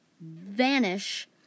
vanish